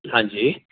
हां जी